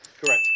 Correct